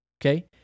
Okay